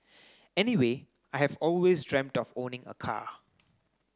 anyway I have always dreamt of owning a car